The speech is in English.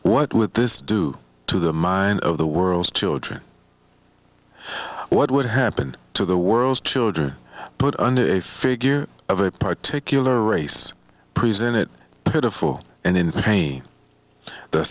what with this due to the mind of the world's children what would happen to the world's children put under a figure of a particular race presented pitiful and in pain the